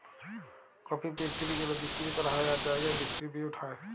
coffee পিরথিবি জ্যুড়ে বিক্কিরি ক্যরা হ্যয় আর জায়গায় ডিসটিরিবিউট হ্যয়